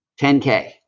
10k